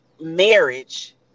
marriage